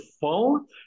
phone